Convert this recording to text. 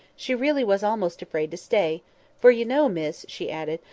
she really was almost afraid to stay for you know, miss, she added,